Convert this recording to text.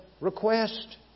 request